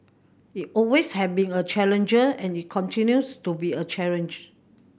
it always have been a challenge and it continues to be a challenge